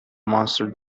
monster